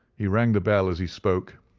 he rang the bell as he spoke,